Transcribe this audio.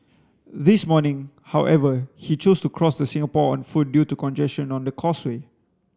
this morning however he chose to cross the Singapore on foot due to congestion on the causeway